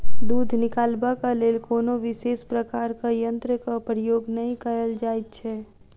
दूध निकालबाक लेल कोनो विशेष प्रकारक यंत्रक प्रयोग नै कयल जाइत छै